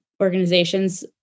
organizations